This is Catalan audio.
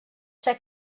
ser